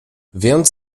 więc